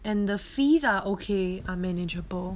and the fees are okay are manageable